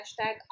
hashtag